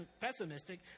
pessimistic